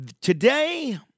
today